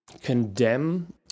condemn